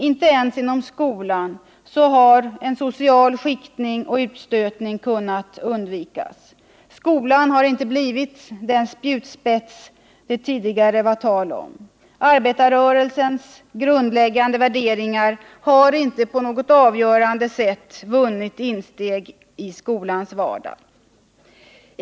Inte ens inom skolan har en social skiktning och utstötning kunnat undvikas. Skolan har inte blivit den spjutspets det tidigare var tal om. Arbetarrörelsens grundläggande värderingar har inte på något avgörande sätt vunnit insteg i skolans vardag.